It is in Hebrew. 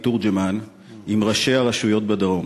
תורג'מן אתמול לראשי הרשויות בדרום,